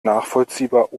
nachvollziehbar